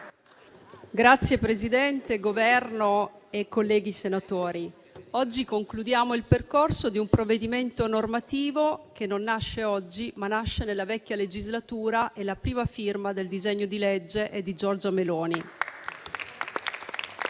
signori del Governo, colleghi senatori, oggi concludiamo il percorso di un provvedimento normativo che non nasce oggi, ma nasce nella vecchia legislatura, e la prima firma di questo disegno di legge è di Giorgia Meloni.